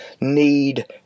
need